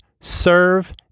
Serve